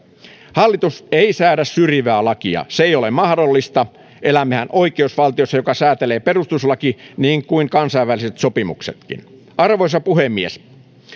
hallitus ei säädä syrjivää lakia se ei ole mahdollista elämmehän oikeusvaltiossa jota säätelee perustuslaki niin kuin kansainväliset sopimuksetkin arvoisa puhemies